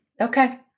Okay